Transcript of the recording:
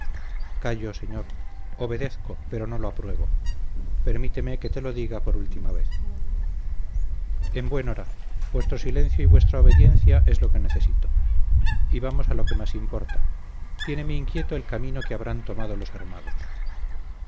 callo señor obedezco pero no lo apruebo permíteme que te lo diga por última vez en buen hora vuestro silencio y vuestra obediencia es lo que necesito y vamos a lo que más importa tiéneme inquieto el camino que habrán tomado los armados